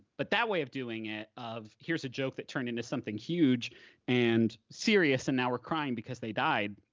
but that way of doing it of, here's a joke that turned into something huge and serious, and now we're crying because they died,